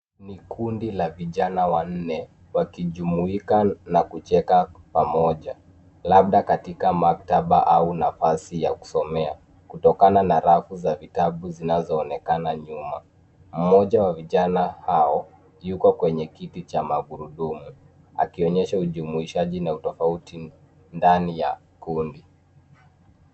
Ni kundi la vijana wanne wakijumuika na kucheka pamoja, labda katika maktaba au nafasi ya kusomea, kutokana na rafu za vitabu zinazoonekana nyuma. Mmoja wa vijana hao yuko kwenye kiti cha magurudumu, akionyesha ujumuishaji na utofauti ndani ya kundi.